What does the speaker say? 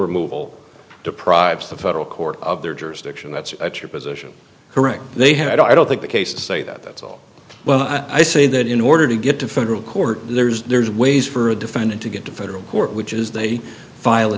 removal deprives the federal court of their jurisdiction that's your position correct they had i don't think the case to say that that's all well i say that in order to get to federal court there's there's ways for a defendant to get to federal court which is they file a